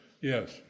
yes